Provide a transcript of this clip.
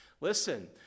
Listen